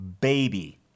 baby